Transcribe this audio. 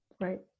right